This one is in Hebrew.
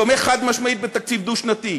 תומך חד-משמעית בתקציב דו-שנתי,